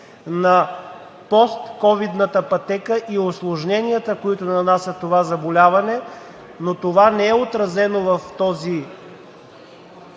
на постковидната пътека и усложненията, които нанася това заболяване, но това не е отразено в тази